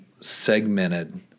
segmented